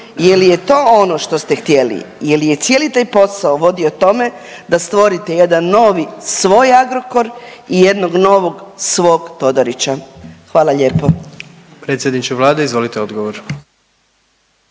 je li je to ono što ste htjeli? Je li je cijeli taj posao vodio tome da stvorite jedan novi svoj Agrokor i jednog novog svog Todorića? Hvala lijepo.